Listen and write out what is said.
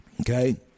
okay